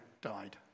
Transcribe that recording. died